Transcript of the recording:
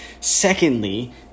Secondly